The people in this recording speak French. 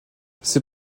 ces